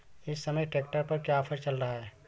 इस समय ट्रैक्टर पर क्या ऑफर चल रहा है?